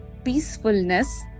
peacefulness